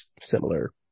similar